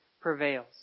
prevails